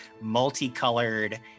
multicolored